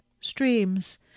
streams